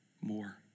more